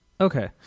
Okay